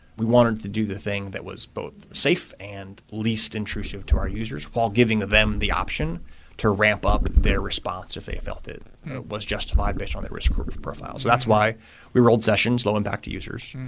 we wanted to do the thing that was both safe and least intrusive to our users while giving them the option to ramp up their response if they felt it was justified based on their risk assessment sort of profiles. that's why we rolled sessions slow and back to users.